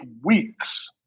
weeks